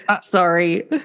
sorry